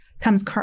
comes